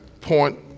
point